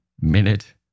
minute